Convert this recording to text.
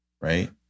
right